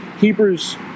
Hebrews